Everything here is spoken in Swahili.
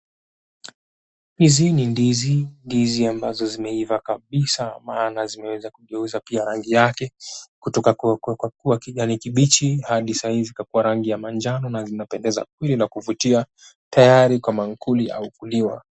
Hizi ni ndizi, ndizi ambazo zimeiva kabisa, naona pia zimeweza kugeuza rangi yake kutoka kwa rangi ya kijani kibichi hadi saioi zikakua rangi ya manjano na zinapendeza, ili la kuvutia tayari kwa maankuli au kuliwa.